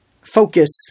focus